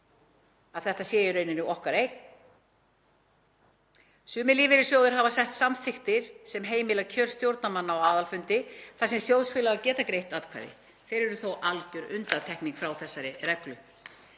að þetta sé í rauninni okkar eign. Sumir lífeyrissjóðir hafa sett samþykktir sem heimila kjör stjórnarmanna á aðalfundi þar sem sjóðfélagar geta greitt atkvæði. Þeir eru þó alger undantekning frá reglunni.